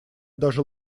даже